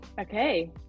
okay